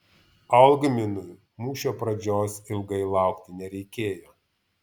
algminui mūšio pradžios ilgai laukti nereikėjo